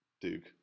Duke